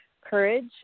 courage